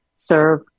serve